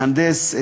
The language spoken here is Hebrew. מהנדס,